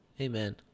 Amen